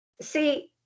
see